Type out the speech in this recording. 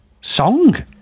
song